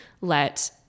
let